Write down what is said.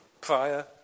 Prior